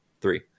Three